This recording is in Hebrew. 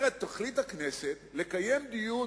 היא אומרת: תחליט הכנסת לקיים דיון